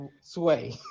Sway